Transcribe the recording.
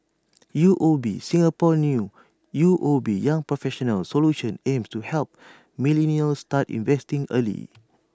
U O B Singaporean new U O B young professionals solution aims to help millennials start investing early